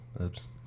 oops